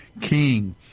king